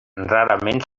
rarament